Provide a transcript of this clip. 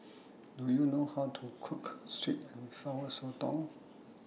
Do YOU know How to Cook Sweet and Sour Sotong